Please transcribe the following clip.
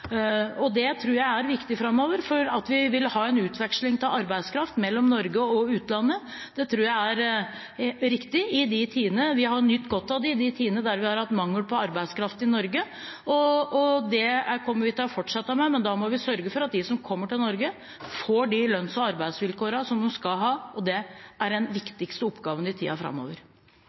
gjøre. Det tror jeg er viktig framover. At vi har en utveksling av arbeidskraft mellom Norge og utlandet, tror jeg er riktig. Vi har nytt godt av det i de tidene da vi har hatt mangel på arbeidskraft i Norge. Det kommer vi til å fortsette med, men da må vi sørge for at de som kommer til Norge, får de lønns- og arbeidsvilkårene som de skal ha. Det er den viktigste oppgaven i tiden framover.